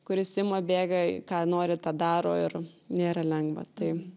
kuris ima bėga ką nori tą daro ir nėra lengva tai